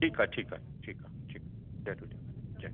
ठीकु आहे ठीकु आहे ठीकु आ ठीक जय झूले जय